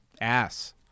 Ass